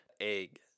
egg